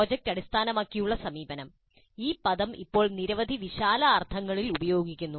project അടിസ്ഥാനമാക്കിയുള്ള സമീപനം ഈ പദം ഇപ്പോൾ നിരവധി വിശാലമായ അർത്ഥങ്ങളിൽ ഉപയോഗിക്കുന്നു